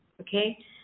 okay